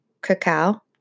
cacao